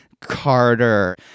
Carter